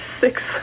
six